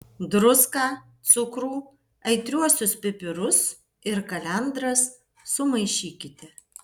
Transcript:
druską cukrų aitriuosius pipirus ir kalendras sumaišykite